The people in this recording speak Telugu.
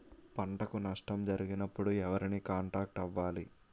పంటకు నష్టం జరిగినప్పుడు ఎవరిని కాంటాక్ట్ అవ్వాలి?